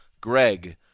Greg